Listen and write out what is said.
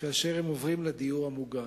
כאשר הם עוברים לדיור מוגן.